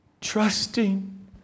trusting